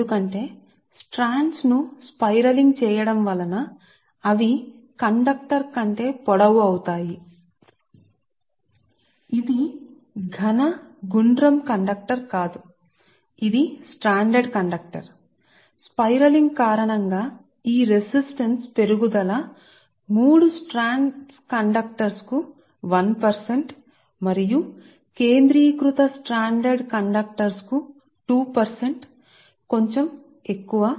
ఎందుకంటే స్పైరలింగ్ వాస్తవానికి మీరు ప్రసారాన్ని చూస్తే కారణంగా ఈ రెసిస్టన్స్ పెరుగుదల మూడు స్ట్రాండ్ కండక్టర్లకు 1 శాతం మరియు కేంద్రీకృతమై ఉన్న స్ట్రాండ్ కండక్టర్లకు 2 శాతం కాబట్టి కొంచెం ఎక్కువ